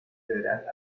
federal